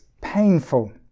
painful